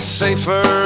safer